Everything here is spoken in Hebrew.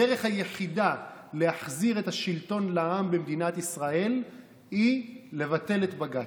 הדרך היחידה להחזיר את השלטון לעם במדינת ישראל היא לבטל את בג"ץ.